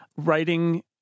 writing